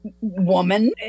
woman